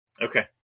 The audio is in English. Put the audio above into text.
Okay